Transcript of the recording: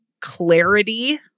clarity